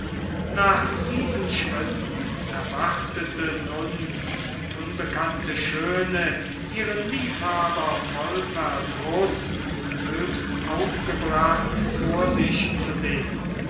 nach diesen schritten erwartete nun die unbekannte schöne ihren liebhaber voll verdruß und höchst aufgebracht vor sich zu sehen